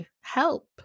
help